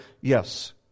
Yes